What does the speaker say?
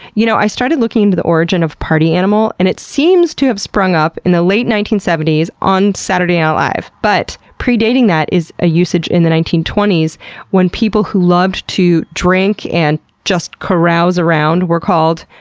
you know, i started looking into the origin of party animal and it seems to have sprung up in the late nineteen seventy s on saturday night live. but pre-dating that is a usage in the nineteen twenty s when people who loved to drink and just carouse around were called,